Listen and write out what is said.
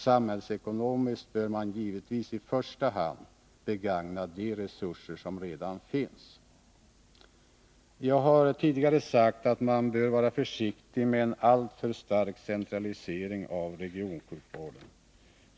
Samhällsekonomiskt bör man givetvis i första hand begagna de resurser som redan finns. Jag har tidigare sagt att man bör vara försiktig med en alltför stark centralisering av regionsjukvården.